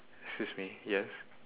excuse me yes